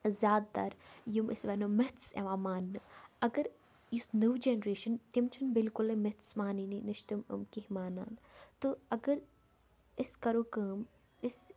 زیادٕ تَر یِم أسۍ وَنو مِتھٕس یِوان ماننہٕ اگر یُس نٔو جَنریشَن تِم چھِنہٕ بِلکُلٕے مِتھٕس مانٲنی نہ چھِ تِم یِم کینٛہہ مانان تہٕ اگر أسۍ کَرو کٲم أسۍ